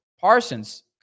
Parsons